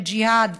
לג'יהאד,